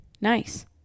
nice